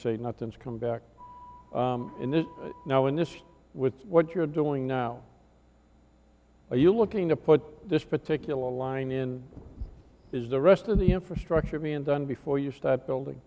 say not since come back in there now in this with what you're doing now are you looking to put this particular line in is the rest of the infrastructure me and done before you start building